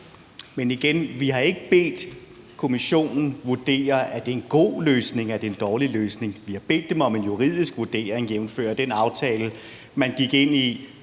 Men igen: Vi har ikke bedt Kommissionen om at vurdere, om det er en god løsning, eller om det er en dårlig løsning. Vi har bedt dem om en juridisk vurdering, jævnfør den aftale, man gik ind i